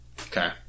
Okay